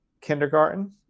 kindergarten